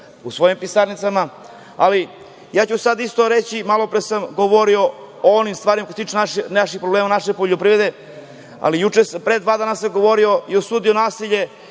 u svojim pisarnicama. Ja ću sada isto reći, malopre sam govorio o onim stvarima koje se tiču problema u poljoprivredi, ali pre dva dana sam govorio i osudio nasilje